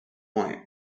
white